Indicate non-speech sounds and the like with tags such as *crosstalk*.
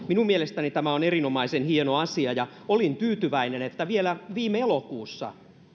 *unintelligible* minun mielestäni tämä on erinomaisen hieno asia ja olin tyytyväinen että vielä viime elokuussa